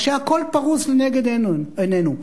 כשהכול פרוס לנגד עינינו,